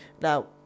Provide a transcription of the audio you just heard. Now